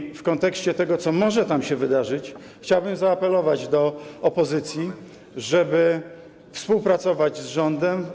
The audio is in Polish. I w kontekście tego, co może tam się wydarzyć, chciałbym zaapelować do opozycji, żeby współpracować z rządem.